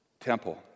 temple